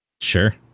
Sure